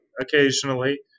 occasionally